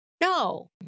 No